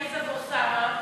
עליזה ועוד כמה,